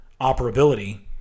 operability